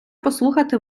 послухати